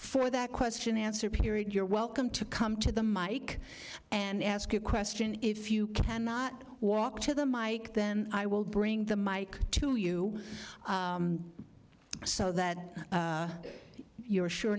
for that question answer period you're welcome to come to the mike and ask a question if you cannot walk to the mike then i will bring the mike to you so that you're sure